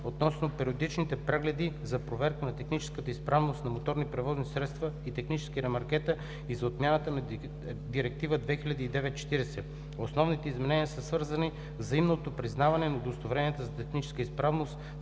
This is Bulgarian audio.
относно периодичните прегледи за проверка на техническата изправност на моторни превозни средства и технически ремаркета и за отмяната на Директива 2009/40. Основните изменения са свързани с взаимното признаване на удостоверенията за техническа изправност